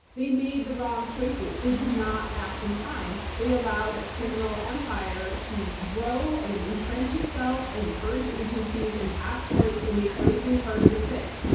they made the wrong choices. they did not act in time. they allowed a criminal empire to grow and entrench itself, and purge agencies and pack courts, and make everything harder to fix.